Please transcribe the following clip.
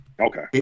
Okay